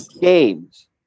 games